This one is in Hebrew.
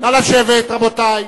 נא לשבת, רבותי.